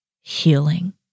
healing